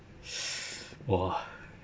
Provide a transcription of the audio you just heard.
!wah!